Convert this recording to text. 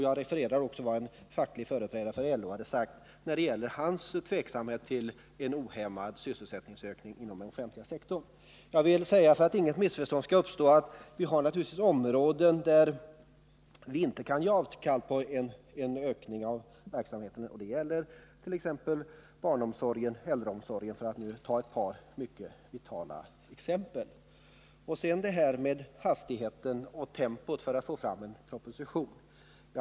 Jag refererade också vad en företrädare för LO hade sagt om sin tveksamhet till en ohämmad ökning av sysselsättningen inom den offentliga sektorn. Jag vill säga för att inget missförstånd skall uppstå att vi har naturligtvis områden där vi inte kan ge avkall på ökning av verksamheten. Det gäller bl.a. barnomsorgen och äldreomsorgen, för att nu ta ett par vitala exempel. Sedan det här med tempot när det gäller att få fram en proposition.